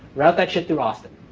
route that shit through austin.